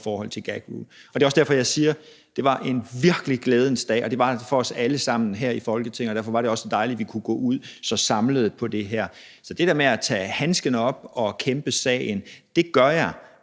The Global Gag Rule. Det er også derfor jeg siger: Det var en virkelig glædens dag, og det var det for os alle sammen her i Folketinget, og derfor var det også dejligt, vi kunne gå ud så samlede på det her område. Så det der med at tage handsken op og kæmpe sagen gør jeg,